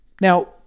Now